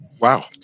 Wow